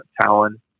talent